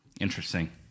Interesting